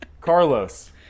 Carlos